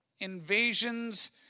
invasions